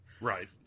Right